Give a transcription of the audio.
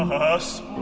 ah us